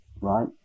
right